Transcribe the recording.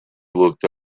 looked